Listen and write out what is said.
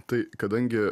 tai kadangi